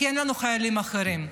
אין לנו חיילים אחרים.